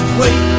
wait